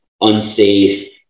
unsafe